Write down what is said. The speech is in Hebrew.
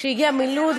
שהגיע מלוב,